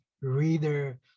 reader